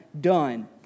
done